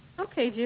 okay, jerry,